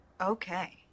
Okay